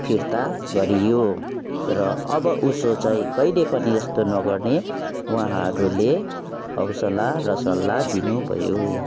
फिर्ता गरियो र अब उसो चाहिँ कहिले पनि यस्तो नगर्ने उहाँहरूले हौसला र सल्लाह दिनुभयो